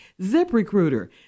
ZipRecruiter